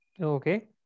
Okay